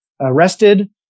arrested